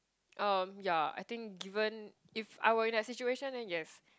um yeah I think given if I were in that situation then yes